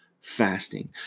fasting